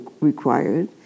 required